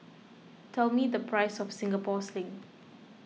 tell me the price of Singapore Sling